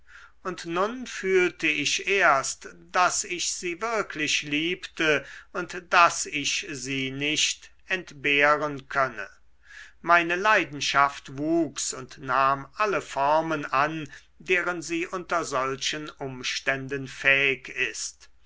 und nun fühlte ich erst daß ich sie wirklich liebte und daß ich sie nicht entbehren könne meine leidenschaft wuchs und nahm alle formen an deren sie unter solchen umständen fähig ist